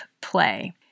play